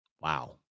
wow